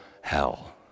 hell